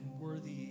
worthy